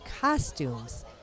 costumes